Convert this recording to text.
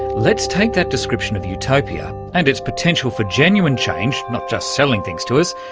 let's take that description of utopia and its potential for genuine change, not just selling things to us,